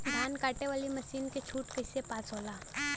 धान कांटेवाली मासिन के छूट कईसे पास होला?